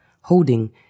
holding